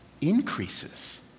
increases